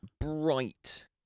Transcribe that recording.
bright